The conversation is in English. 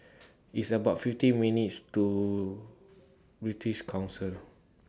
It's about fifty minutes' to British Council